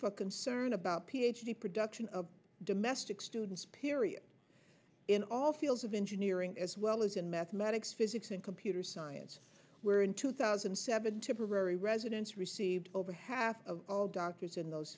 for concern about ph d production of domestic students period in all fields of engineering as well as in mathematics physics and computer science where in two thousand and seven temporary residence received over half of all doctors in those